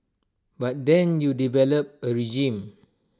but then you develop A regime